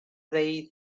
they